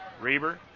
Reber